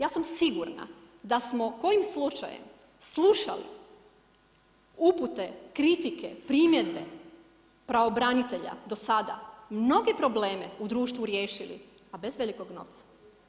Ja sam sigurna da smo kojim slučajem slušali upute kritike, primjedbe pravobranitelje do sada, mnoge probleme u društvu riješili, a bez velikog novca.